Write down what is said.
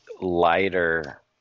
lighter